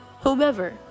whomever